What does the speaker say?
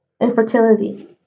infertility